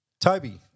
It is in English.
Toby